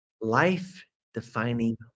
life-defining